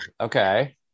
Okay